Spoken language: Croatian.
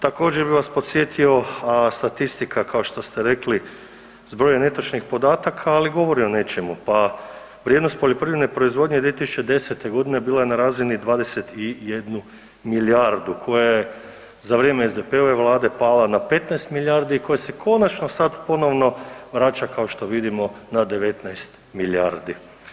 Također bi vas podsjetio, a statistika kao što ste rekli zbroj netočnih podataka, ali govori o nečemu, pa vrijednost poljoprivredne proizvodnje 2010.g. bila je na razini 21 milijardu koja je za vrijeme SDP-ove vlade pala na 15 milijardi koje se konačno sad ponovno vraća kao što vidimo na 19 milijardi.